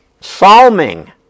psalming